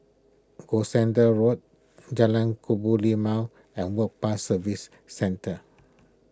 Gloucester Road Jalan Kebun Limau and Work Pass Services Centre